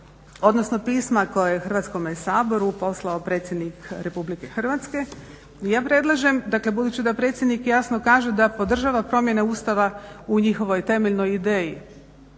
odnosno pisma koje je Hrvatskome saboru poslao predsjednik Republike Hrvatske. Ja predlažem, dakle budući da predsjednik jasno kaže da podržava promjene Ustava u njihovoj temeljnoj ideji.